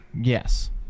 yes